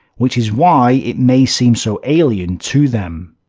which is why it may seem so alien to them.